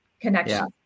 connection